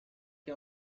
che